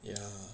ya